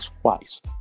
twice